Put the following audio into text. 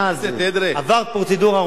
עבר פרוצדורה ארוכה.